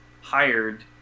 hired